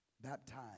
Baptized